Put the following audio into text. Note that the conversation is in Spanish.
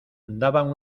daban